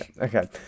Okay